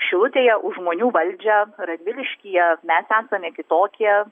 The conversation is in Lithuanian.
šilutėje už žmonių valdžią radviliškyje mes esame kitokie